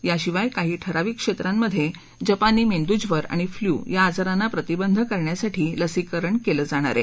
याशिवाय काही ठराविक क्षेत्रांमध्ये जपानी मेंदूज्वर आणि फ्ल्यू या आजारांना प्रतिबंध करण्यासाठी लसीकरण केलं जाणार आहे